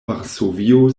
varsovio